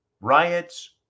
riots